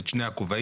את שני הכובעים,